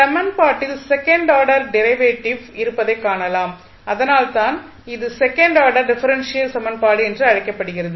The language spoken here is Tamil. சமன்பாட்டில் செகண்ட் ஆர்டர் டெரிவேட்டிவ் இருப்பதை காணலாம் அதனால்தான் இது செகண்ட் ஆர்டர் டிஃபரென்ஷியல் சமன்பாடு என்று அழைக்கப்படுகிறது